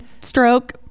stroke